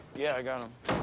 yeah, i got em.